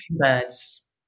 birds